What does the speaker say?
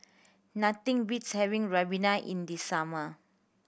nothing beats having ribena in the summer